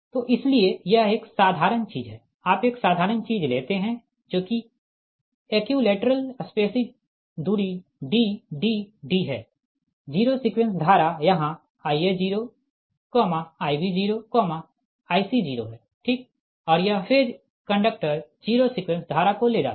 तो इसलिए यह एक साधारण चीज है आप एक साधारण चीज लेते है जो कि एकुईलेटरल स्पेसिंग दूरी D D D है जीरो सीक्वेंस धारा यहाँIa0Ib0Ic0 है ठीक और यह फेज कंडक्टर जीरो सीक्वेंस धारा को ले जाते है